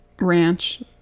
Ranch